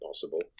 possible